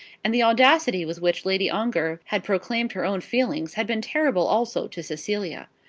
and the audacity with which lady ongar had proclaimed her own feelings had been terrible also to cecilia.